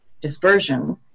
dispersion